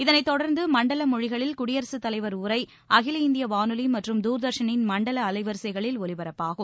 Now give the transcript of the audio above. இதனைத் தொடர்ந்து மண்டல மொழிகளில் குடியரசுத் தலைவர் உரை அகில இந்திய வானொலி மற்றும் தூர்தர்சனின் மண்டல அலைவரிசைகளில் ஒலிபரப்பாகும்